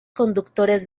conductores